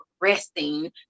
resting